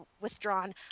withdrawn